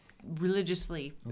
religiously